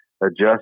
adjust